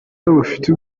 bafite